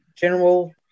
general